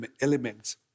elements